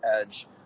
edge